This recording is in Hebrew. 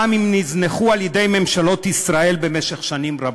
גם אם נזנחו על-ידי ממשלות ישראל במשך שנים רבות.